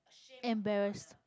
embarrassed